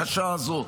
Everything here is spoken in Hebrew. הקשה הזאת.